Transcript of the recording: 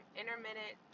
intermittent